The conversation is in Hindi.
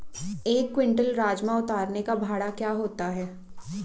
एक क्विंटल राजमा उतारने का भाड़ा क्या होगा?